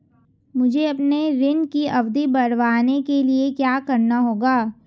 मुझे अपने ऋण की अवधि बढ़वाने के लिए क्या करना होगा?